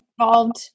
involved